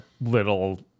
little